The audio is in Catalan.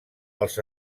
als